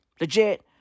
Legit